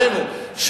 עלינו,